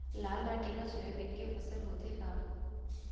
लाल माटी मा सोयाबीन के फसल होथे का?